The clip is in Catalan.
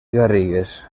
garrigues